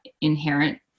inherent